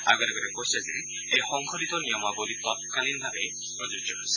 আয়োগে লগতে কৈছে যে এই সংশোধিত নিয়মাৱলী তৎকালীনভাৱে প্ৰযোজ্য হৈছে